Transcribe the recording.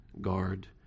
guard